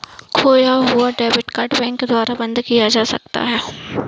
खोया हुआ debit card bank के द्वारा बंद किया जा सकता है